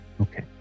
Okay